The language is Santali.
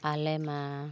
ᱟᱞᱮ ᱢᱟ